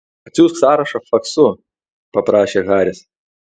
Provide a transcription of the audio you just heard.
atsiųsk sąrašą faksu paprašė haris